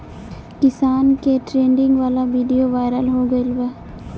किसान के ट्रेनिंग वाला विडीओ वायरल हो गईल बा